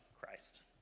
Christ